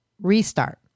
restart